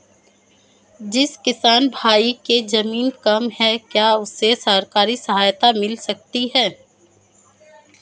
जिस किसान भाई के ज़मीन कम है क्या उसे सरकारी सहायता मिल सकती है?